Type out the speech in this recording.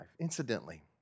Incidentally